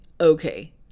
okay